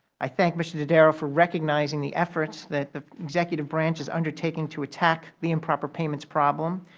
i thank mr. dodaro for recognizing the efforts that the executive branch is undertaking to attack the improper payments problem.